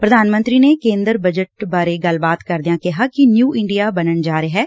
ਪ੍ਰਧਾਨ ਮੰਤਰੀ ਨੇ ਕੇਦਰ ਬਜਟ ਬਾਰੇ ਗੱਲਬਾਤ ਕਰਦਿਆਂ ਕਿਹਾ ਕਿ ਨਿਉਂ ਇੰਡੀਆ ਬਨਣ ਜਾ ਰਿਹੈ